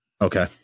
okay